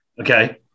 Okay